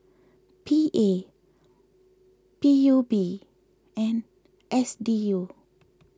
P A P U B and S D U